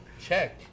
Check